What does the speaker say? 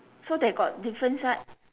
so they got difference right